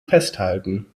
festhalten